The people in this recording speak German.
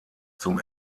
zum